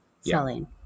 selling